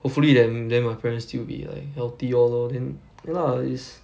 hopefully then then my parents still be like healthy all lor then ya lah is